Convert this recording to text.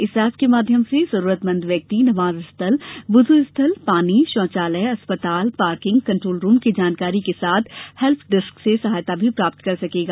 इस एप के माध्यम से जरूरतमंद व्यक्ति नमाज स्थल बुजु स्थल पानी शौचालय अस्पताल पार्किंग कन्ट्रोल रूम की जानकारी के साथ हेल्प डेस्क से सहायता भी प्राप्त कर सकेंगा